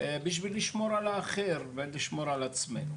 בשביל לשמור על האחר וגם בשביל לשמור על עצמנו.